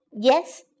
Yes